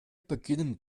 beginnen